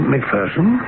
McPherson